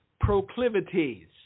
proclivities